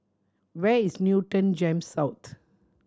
where is Newton GEMS South